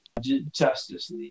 Justice